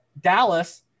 Dallas